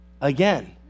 Again